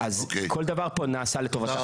אז כל דבר פה נעשה לטובתה.